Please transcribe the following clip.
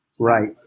Right